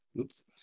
Oops